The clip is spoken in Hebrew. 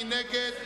מי נגד?